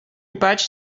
patch